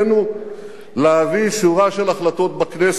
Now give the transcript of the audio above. כי בכוונתנו להביא שורה של החלטות בכנסת,